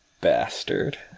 bastard